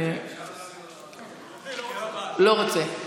אני לא רוצה.